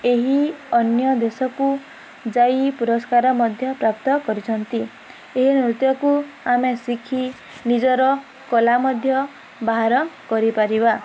ଏହି ଅନ୍ୟ ଦେଶକୁ ଯାଇ ପୁରସ୍କାର ମଧ୍ୟ ପ୍ରାପ୍ତ କରିଛନ୍ତି ଏହି ନୃତ୍ୟକୁ ଆମେ ଶିଖି ନିଜର କଳା ମଧ୍ୟ ବାହାର କରିପାରିବା